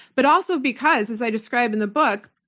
but also because as i describe in the book,